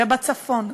ובצפון,